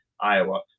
Iowa